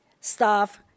staff